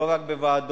לא רק בוועדות,